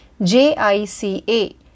JICA